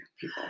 people